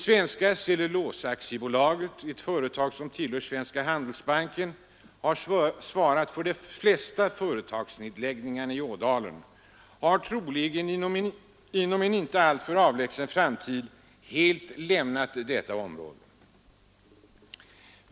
Svenska cellulosa AB — ett företag som tillhör Svenska handelsbanken — har svarat för de flesta företagsnedläggningarna i Ådalen och kommer troligen att inom en inte alltför avlägsen framtid helt ha lämnat detta område.